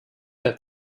der